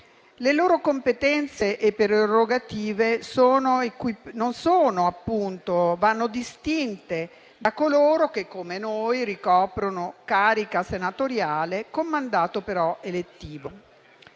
Le loro competenze e prerogative vanno distinte da quelle di coloro che, come noi, ricoprono la carica senatoriale con mandato elettivo.